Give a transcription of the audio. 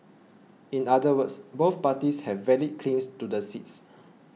in other words both parties have valid claims to the seats